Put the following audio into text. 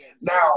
Now